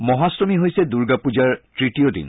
মহাট্টমী হৈছে দূৰ্গা পূজাৰ তৃতিয় দিন